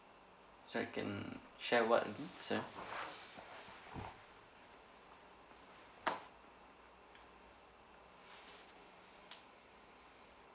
so I can share what again sorry